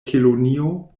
kelonio